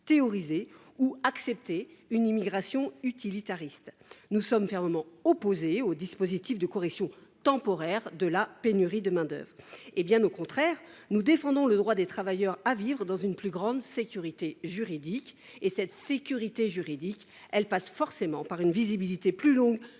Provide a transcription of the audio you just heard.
théoriser ou accepter une immigration utilitariste. Nous sommes fermement opposés aux dispositifs de correction temporaire de la pénurie de main d’œuvre. Bien au contraire, nous défendons le droit des travailleurs de vivre dans une plus grande sécurité juridique, ce qui passe nécessairement par une visibilité supérieure